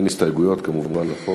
אין הסתייגויות, כמובן, לחוק.